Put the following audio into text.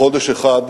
חודש אחד